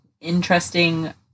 interesting